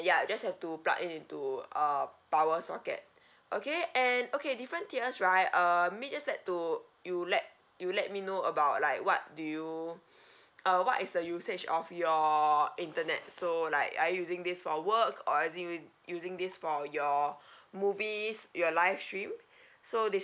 ya just have to plug in into uh power socket okay and okay different tiers right uh maybe just let to you let you let me know about like what do you uh what is the usage of your internet so like are you using this for work or as in using this for your movies your live stream so